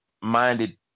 minded